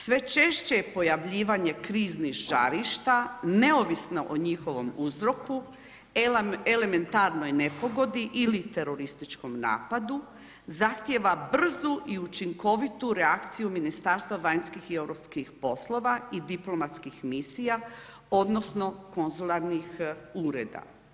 Sve češće je pojavljivanje kriznih zarišta neovisno o njihovom uzroku, elementarnoj nepogodi ili terorističkom napadu zahtjeva brzu i učinkovitu reakciju Ministarstva vanjskih i europskih poslova i diplomatskih misija odnosno konzularnih ureda.